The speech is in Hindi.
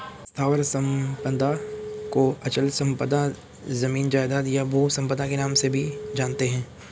स्थावर संपदा को अचल संपदा, जमीन जायजाद, या भू संपदा के नाम से भी जानते हैं